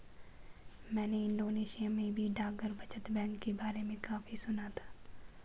मैंने इंडोनेशिया में भी डाकघर बचत बैंक के बारे में काफी सुना था